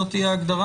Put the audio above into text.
זאת תהיה ההגדרה?